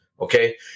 Okay